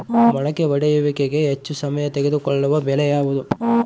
ಮೊಳಕೆ ಒಡೆಯುವಿಕೆಗೆ ಹೆಚ್ಚು ಸಮಯ ತೆಗೆದುಕೊಳ್ಳುವ ಬೆಳೆ ಯಾವುದು?